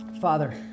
Father